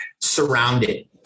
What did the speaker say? surrounded